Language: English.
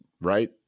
Right